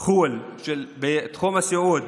חו"ל בתחום הסיעוד,